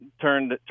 turned